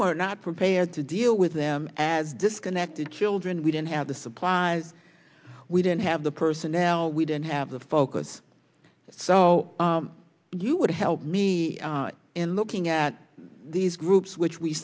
were not prepared to deal with them as disconnected children we didn't have the supplies we didn't have the personnel we didn't have the focus so you would help me in looking at these groups which we